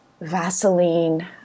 Vaseline